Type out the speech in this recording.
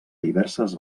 diverses